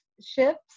ships